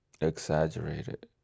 Exaggerated